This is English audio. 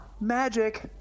Magic